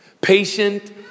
patient